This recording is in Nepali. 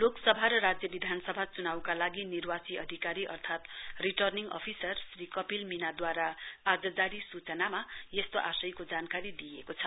लोकसभा र राज्यविधानसभा चुनाउका लागि निर्वाची अधिकारी अर्थात रिटर्निङ अधिकारी श्री कपिल मीनाद्वारा आज जारी सूचनामा यस्तो आशयको जानकारी दिइएको छ